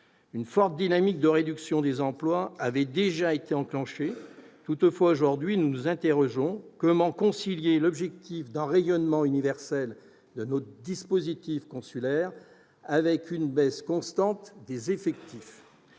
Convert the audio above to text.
Une forte dynamique de réduction des emplois avait déjà été enclenchée. Toutefois, aujourd'hui, nous nous interrogeons : comment concilier l'objectif d'un rayonnement universel de notre dispositif consulaire avec une baisse constante des effectifs